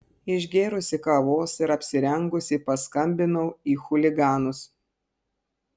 išgėrusi kavos ir apsirengusi paskambinau į chuliganus